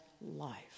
Life